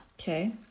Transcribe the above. Okay